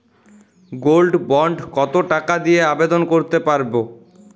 Gold bond কত টাকা দিয়ে আবেদন করতে পারবো?